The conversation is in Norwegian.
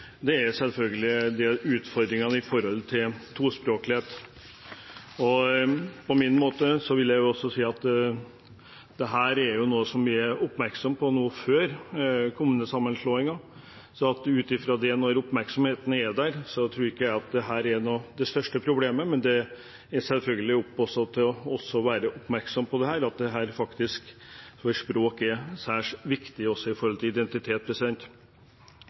innom, er selvfølgelig utfordringene med hensyn til tospråklighet. På min måte vil jeg si at dette er noe vi er oppmerksom på nå før kommunesammenslåingen, og når den oppmerksomheten er der, tror jeg ikke at dette er det største problemet. Men det er selvfølgelig opp til oss å være oppmerksom på det, for språk er særs viktig også når det gjelder identitet. Meldingen omhandler og drøfter også kulturminner, som er svært viktig med hensyn til registrering av hvor det i